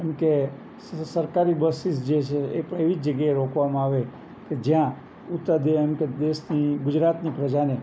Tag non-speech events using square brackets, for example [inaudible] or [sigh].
એમ કે સરકારી બસીસ જે છે એ પણ એવી જગ્યાએ રોકવામાં આવે કે જ્યાં [unintelligible] દેશની ગુજરાતની પ્રજાને